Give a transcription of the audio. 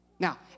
Now